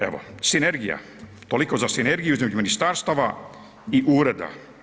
Evo sinergija, toliko za sinergiju između ministarstva i ureda.